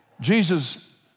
Jesus